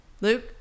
Luke